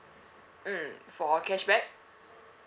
mm for cashback